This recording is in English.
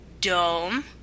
Dome